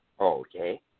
Okay